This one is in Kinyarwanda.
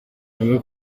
avuga